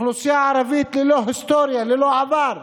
אוכלוסייה ערבית ללא היסטוריה, ללא עבר,